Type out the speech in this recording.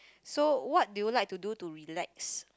so what do you like to do to relax